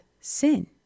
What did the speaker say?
sin